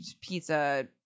pizza